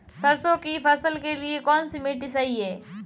सरसों की फसल के लिए कौनसी मिट्टी सही हैं?